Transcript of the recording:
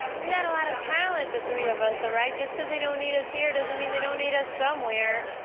we've got a lot of talent, the three of us, alright? just cause they don't need us here, doesn't mean they don't need us somewhere.